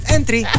Entry